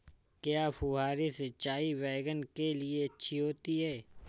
क्या फुहारी सिंचाई बैगन के लिए अच्छी होती है?